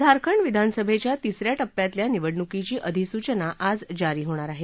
झारखंड विधानसभेच्या तिसऱ्या टप्प्यातल्या निवडणूकीची अधिसूचना आज जारी होणार आहे